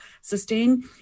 sustain